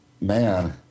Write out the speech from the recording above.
man